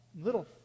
little